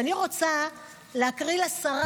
ואני רוצה להקריא לשרה,